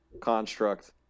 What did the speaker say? construct